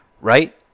Right